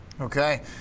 Okay